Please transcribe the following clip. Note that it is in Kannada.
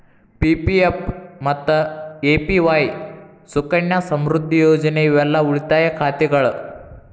ಪಿ.ಪಿ.ಎಫ್ ಮತ್ತ ಎ.ಪಿ.ವಾಯ್ ಸುಕನ್ಯಾ ಸಮೃದ್ಧಿ ಯೋಜನೆ ಇವೆಲ್ಲಾ ಉಳಿತಾಯ ಖಾತೆಗಳ